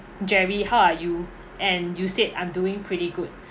jerry how are you and you said I'm doing pretty good